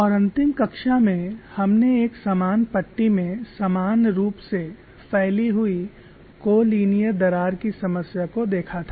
और अंतिम कक्षा में हमने एक समान पट्टी में समान रूप से फैली हुई को लीनियर दरार की समस्या को देखा था